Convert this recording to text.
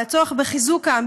על הצורך בחיזוק העם,